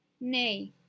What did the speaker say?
Nay